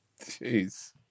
Jeez